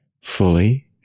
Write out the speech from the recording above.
fully